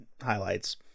Highlights